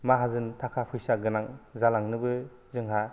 माहाजोन थाखा फैसा गोनां जालांनोबो जोंहा